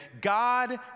God